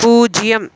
பூஜ்ஜியம்